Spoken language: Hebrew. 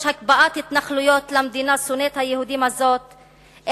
הקפאת התנחלויות למדינה שונאת היהודים הזאת,